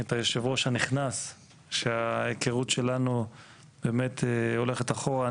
את היושב-ראש הנכנס שההיכרות שלנו הולכת אחורה.